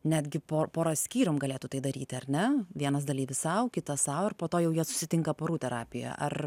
netgi po poros skyrium galėtų tai daryti ar ne vienas dalyvis sau kitą sau ar po to jau jie susitinka porų terapijoje ar